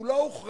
הוא לא הוכרע.